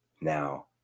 Now